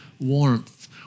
warmth